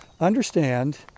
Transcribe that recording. understand